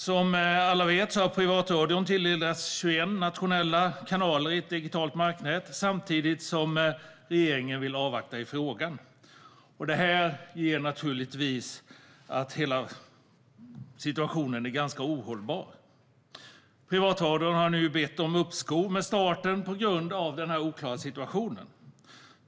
Som alla vet har privatradion tilldelats 21 nationella kanaler i ett digitalt marknät samtidigt som regeringen vill avvakta i frågan. Det gör naturligtvis att situationen är ganska ohållbar. Privatradion har nu bett om uppskov med starten på grund av den oklara situationen.